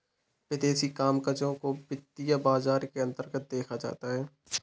विदेशी कामकजों को भी वित्तीय बाजार के अन्तर्गत देखा जाता है